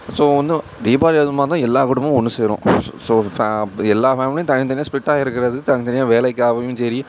so வந்து தீபாவளி அதுவுமா தான் எல்லா குடும்பமும் ஒன்று சேரும் ஸ் ஸோ ஃபே எல்லா ஃபேமிலியும் தனித்தனியாக ஸ்ப்ளிட்டாகி இருக்கிறது தனித்தனியாக வேலைக்காகவும் சரி